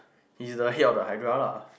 he's the head of the hydra lah